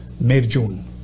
mid-June